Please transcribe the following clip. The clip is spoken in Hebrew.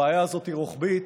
הבעיה הזאת היא רוחבית,